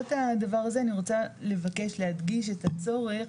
בעקבות הדבר הזה אני רוצה להדגיש את הצורך